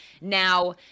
Now